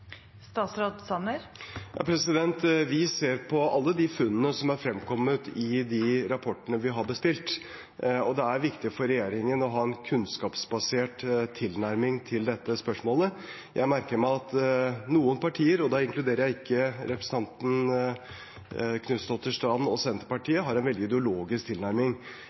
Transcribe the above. Ja, vi ser på alle de funnene som er fremkommet i de rapportene vi har bestilt, og det er viktig for regjeringen å ha en kunnskapsbasert tilnærming til dette spørsmålet. Jeg merker meg at noen partier – og da inkluderer jeg ikke representanten Knutsdatter Strand og Senterpartiet – har en veldig ideologisk tilnærming.